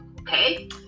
okay